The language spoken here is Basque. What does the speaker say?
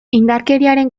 indarkeriaren